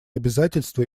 обязательства